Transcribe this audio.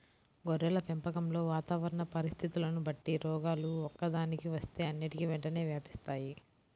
గొర్రెల పెంపకంలో వాతావరణ పరిస్థితులని బట్టి రోగాలు ఒక్కదానికి వస్తే అన్నిటికీ వెంటనే వ్యాపిస్తాయి